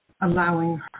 allowing